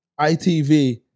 ITV